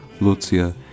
Lucia